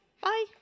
bye